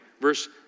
Verse